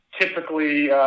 typically